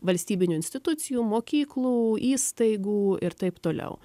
valstybinių institucijų mokyklų įstaigų ir taip toliau